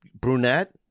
brunette